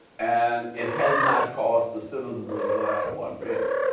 and it has not cost the citizens of atlanta one penny.